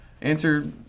answer